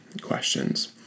questions